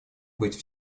быть